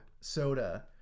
soda